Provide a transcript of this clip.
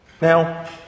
Now